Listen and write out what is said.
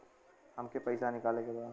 हमके पैसा निकाले के बा